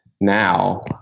Now